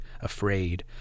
afraid